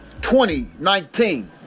2019